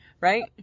Right